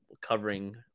covering